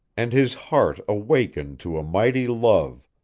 and his heart awakened to a mighty love,